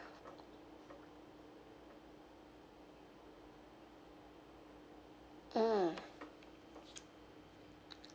mm